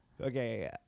Okay